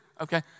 okay